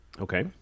Okay